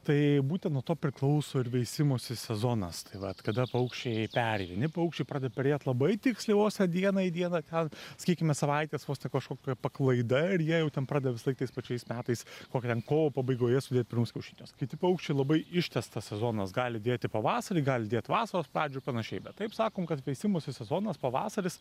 tai būtent nuo to priklauso ir veisimosi sezonas tai vat kada paukščiai peri paukščiai pradeda perėt labai tiksliai vos ne diena į dieną gal sakykime savaitės vos ne kažkokia paklaida ir jie jau ten pradeda visąlaik tais pačiais metais kokią ten kovo pabaigoje sudėt pirmus kiaušinius kiti paukščiai labai ištęstas sezonas gali dėti pavasarį gali dėt vasaros pradžioj ir panašiai bet taip sakom kad veisimosi sezonas pavasaris